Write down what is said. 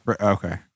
Okay